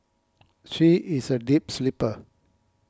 she is a deep sleeper